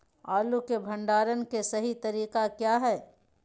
आलू के भंडारण के सही तरीका क्या है?